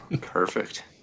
Perfect